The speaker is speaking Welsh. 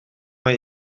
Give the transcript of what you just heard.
mae